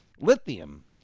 lithium